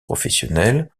professionnels